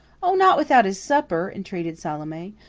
oh! not without his supper, entreated salome.